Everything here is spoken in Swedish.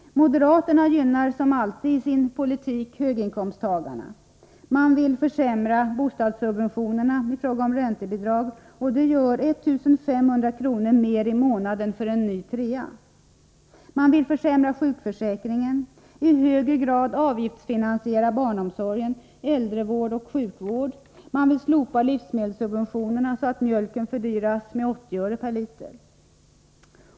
Moderaterna gynnar som alltid i sin politik höginkomsttagarna. Man vill försämra bostadssubventionerna i fråga om räntebidrag, och det gör 1 500 kr. mer i månaden för en ny trea. Man vill försämra sjukförsäkringen och i högre grad avgiftsfinansiera barnomsorgen, äldrevård och sjukvård. Man vill slopa livsmedelssubventionerna, så att mjölken fördyras med 80 öre per liter.